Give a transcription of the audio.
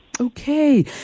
Okay